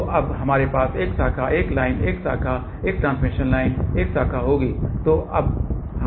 तो अब हमारे पास एक शाखा एक लाइन एक शाखा एक ट्रांसमिशन लाइन एक शाखा होगी